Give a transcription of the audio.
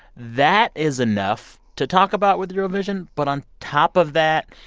that is enough to talk about with eurovision. but on top of that,